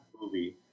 movie